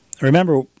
remember